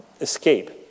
escape